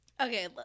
okay